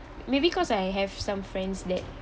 maybe cause I have some friends that